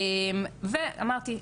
ואמרתי,